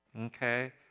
Okay